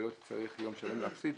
ולא תצטרך יום שלם להפסיד.